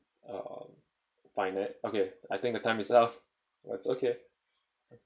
uh finan~ okay I think the time is up it's okay